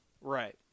Right